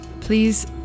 Please